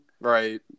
Right